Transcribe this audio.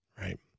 right